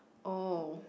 oh